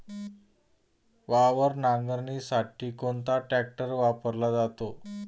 वावर नांगरणीसाठी कोणता ट्रॅक्टर वापरला जातो?